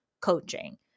coaching